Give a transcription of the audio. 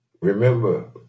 Remember